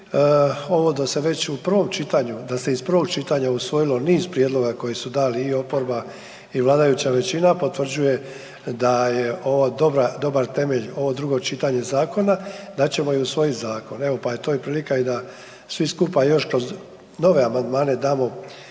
ovo da se već u prvom čitanju, da se iz prvog čitanja usvojilo niz prijedloga koji su dala i oporba i vladajuća većina, potvrđuje da je ovo dobar temelj, ovo drugo čitanje zakona, da ćemo i usvojit zakon. Evo, pa je to i prilika i da svi skupa još kroz nove amandmane damo